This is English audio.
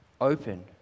open